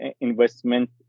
investment